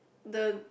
the